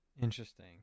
Interesting